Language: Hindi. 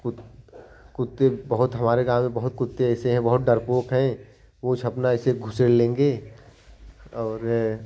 कुत कुत्ते बहुत हमारे गाँव में बहुत ऐसे कुत्ते हैं बहुत डरपोक हैं पूँछ अपना ऐसे घुसेड़ लेंगे और